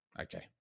Okay